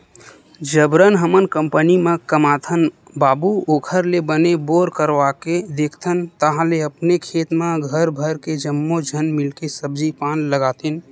जबरन हमन कंपनी म कमाथन बाबू ओखर ले बने बोर करवाके देखथन ताहले अपने खेत म घर भर के जम्मो झन मिलके सब्जी पान लगातेन